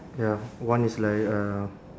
ya one is like uh